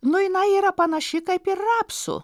nu jinai yra panaši kaip ir rapsų